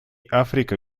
африка